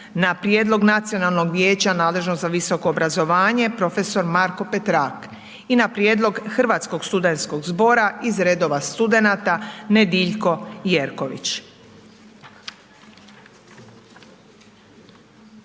na prijedlog Nacionalnog vijeća nadležnog za visoko obrazovanje profesor Marko Petrak i na prijedlog Hrvatskog studentskog zbora iz redova studenata Nediljko Jerković.